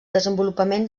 desenvolupament